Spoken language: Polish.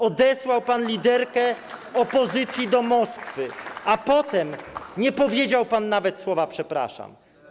Odesłał pan liderkę opozycji do Moskwy, a potem nie powiedział pan nawet słowa „przepraszam”